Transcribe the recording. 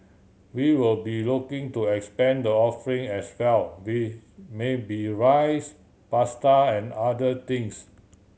we will be looking to expand the offering as well with maybe rice pasta and other things